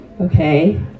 Okay